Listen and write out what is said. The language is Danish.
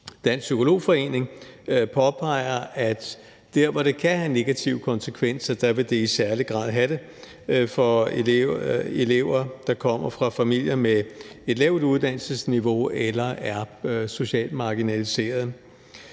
Dansk Psykolog Forening påpeger, at der, hvor det kan have negative konsekvenser, vil det i særlig grad have det for elever, der kommer fra familier med et lavt uddannelsesniveau eller er socialt marginaliserede.